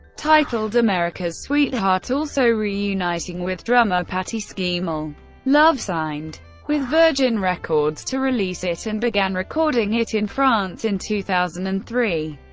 titled america's sweetheart, also reuniting with drummer patty schemel. love signed with virgin records to release it, and began recording it in france in two thousand and three.